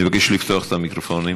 אדוני היושב-ראש.